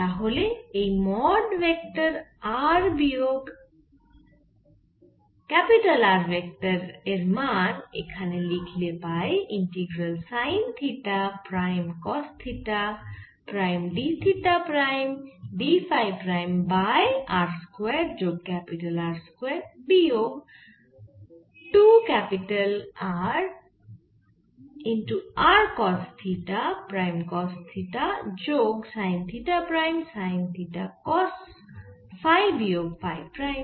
তাহলে এই mod vector r বিয়োগ ভেক্টর R এর মান এখানে লিখলে পাই integral sine theta prime cos theta prime d theta prime d phi prime by r square যোগ ক্যাপিটাল R স্কয়ার বিয়োগ 2 capital R r cos theta prime cos theta যোগ sine theta prime sine theta cos phi বিয়োগ phi prime